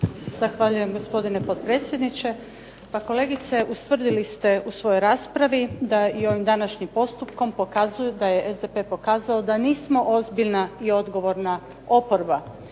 Zahvaljujem gospodine potpredsjedniče. Pa kolegice ustvrdili ste u svojoj raspravi da i ovim današnjim postupkom pokazuju da je SDP pokazao da nismo ozbiljna i odgovorna oporba.